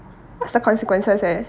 what's the consequences eh